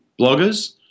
bloggers